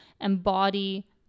embody